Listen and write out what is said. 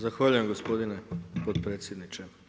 Zahvaljujem gospodine potpredsjedniče.